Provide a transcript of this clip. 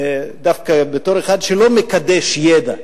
דווקא בתור אחד שלא מקדש ידע,